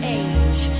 age